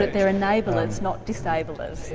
but they're enablers, not disablers,